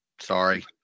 Sorry